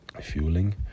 fueling